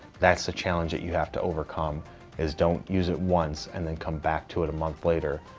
that's the challenge that you have to overcome is don't use it once and then come back to it a month later.